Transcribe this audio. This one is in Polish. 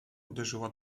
uderzyła